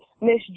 Miss